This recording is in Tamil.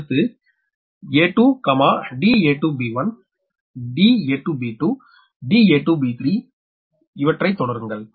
அடுத்து a2 da2b1 da2b2 da2b3 வை தொடருங்கள்